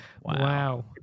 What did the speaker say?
Wow